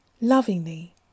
lovingly